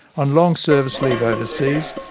on long-service leave overseas,